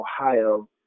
Ohio